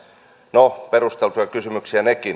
no perusteltuja kysymyksiä nekin